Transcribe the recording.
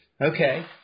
Okay